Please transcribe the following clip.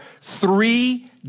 three